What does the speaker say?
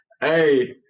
Hey